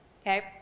okay